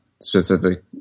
specific